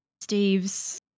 steve's